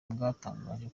bwatangaje